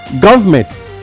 Government